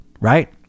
right